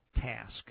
task